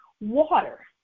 water